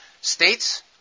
States